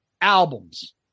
albums